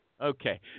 Okay